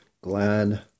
glad